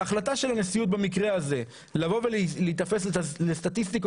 ההחלטה של הנשיאות במקרה הזה לבוא ולהיתפס לסטטיסטיקות